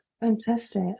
Fantastic